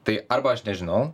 tai arba aš nežinau